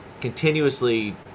continuously